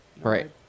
right